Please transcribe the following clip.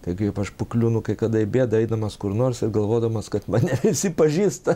tai kaip aš pakliūnu kai kada į bėdą eidamas kur nors ir galvodamas kad mane visi pažįsta